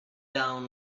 down